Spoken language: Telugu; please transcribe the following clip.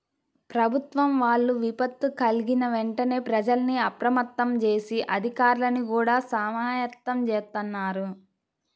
ప్రభుత్వం వాళ్ళు విపత్తు కల్గిన వెంటనే ప్రజల్ని అప్రమత్తం జేసి, అధికార్లని గూడా సమాయత్తం జేత్తన్నారు